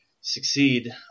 succeed